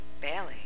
Bailey